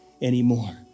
Anymore